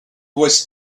was